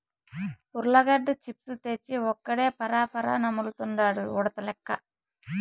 ఉర్లగడ్డ చిప్స్ తెచ్చి ఒక్కడే పరపరా నములుతండాడు ఉడతలెక్క